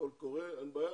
אין בעיה.